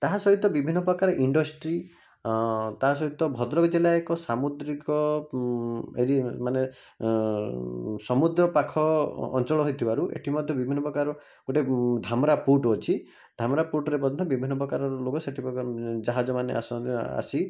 ତାହା ସହିତ ବିଭିନ୍ନ ପ୍ରକାର ଇଣ୍ଡଷ୍ଟ୍ରି ତାହା ସହିତ ଭଦ୍ରକ ଜିଲ୍ଲା ଏକ ସାମୁଦ୍ରିକ ମାନେ ସମୁଦ୍ର ପାଖ ଅଞ୍ଚଳ ହେଇଥିବାରୁ ଏଠି ମଧ୍ୟ ବିଭିନ୍ନ ପ୍ରକାର ଗୋଟେ ଧାମରା ପୋର୍ଟ ଅଛି ଧାମରା ପୋର୍ଟରେ ମଧ୍ୟ ବିଭିନ୍ନ ପ୍ରକାର ଲୋକ ଜାହାଜ ମାନେ ଆସି